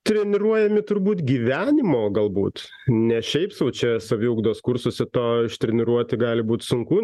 treniruojami turbūt gyvenimo galbūt ne šiaip sau čia saviugdos kursuose to ištreniruoti gali būt sunku